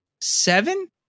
seven